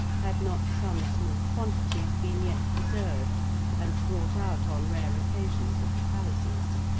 had not some small quantities been yet preserved and brought out on rare occasions at the palaces.